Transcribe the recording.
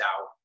out